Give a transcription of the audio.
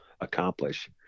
accomplish